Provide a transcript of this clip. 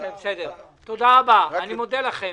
תודה רבה, אני מודה לכם.